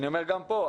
גם פה,